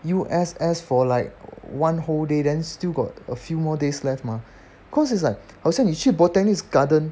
U_S_S for like one whole day then still got a few more days left mah cause it's like 好像你去 botanics garden